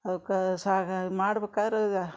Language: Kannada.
ಅವ್ಕೆ ಸಾಗ ಮಾಡ್ಬಕಾದ್ರೆ